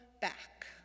back